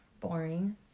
Boring